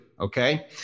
Okay